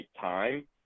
time